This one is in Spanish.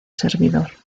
servidor